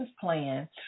plan